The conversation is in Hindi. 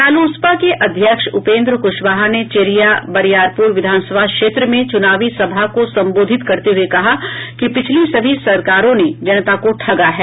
रालोसपा के अध्यक्ष उपेन्द्र क्शवाहा ने चेरिया वरियारपुर विधानसभा क्षेत्र में चुनावी सभा को संबोधित करते हुए कहा कि पिछली सभी सरकारों ने जनता को ठगा है